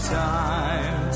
time